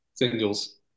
Singles